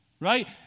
right